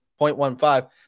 0.15